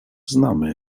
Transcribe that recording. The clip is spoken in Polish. znamy